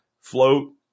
Float